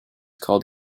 called